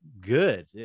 good